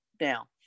now